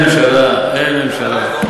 אין ממשלה, אין ממשלה.